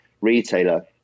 retailer